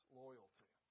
loyalty